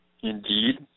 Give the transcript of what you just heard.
Indeed